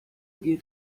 geht